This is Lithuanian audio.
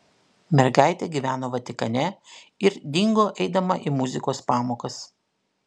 mergaitė gyveno vatikane ir dingo eidama į muzikos pamokas